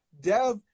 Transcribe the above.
Dev